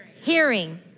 Hearing